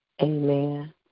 amen